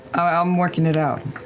i'm working it out.